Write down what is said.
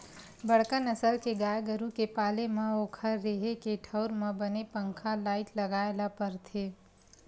बड़का नसल के गाय गरू के पाले म ओखर रेहे के ठउर म बने पंखा, लाईट लगाए ल परथे